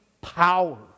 power